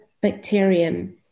bacterium